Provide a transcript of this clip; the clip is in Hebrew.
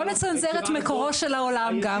היא אמרה לו: 'היצירה הזאת -- בוא נצנזר את מקורו של העולם גם,